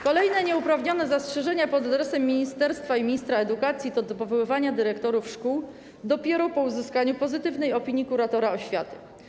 Kolejne nieuprawnione zastrzeżenia pod adresem ministerstwa i ministra edukacji dotyczą powoływania dyrektorów szkół dopiero po pozytywnej opinii kuratora oświaty.